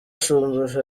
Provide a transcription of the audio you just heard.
shumbusho